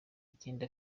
ikindi